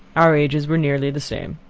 our ages were nearly the same,